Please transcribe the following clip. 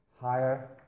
higher